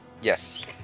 Yes